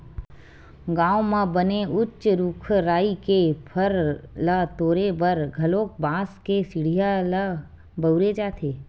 गाँव म बने उच्च रूख राई के फर ल तोरे बर घलोक बांस के सिड़िया ल बउरे जाथे